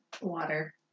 Water